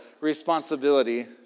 responsibility